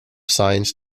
science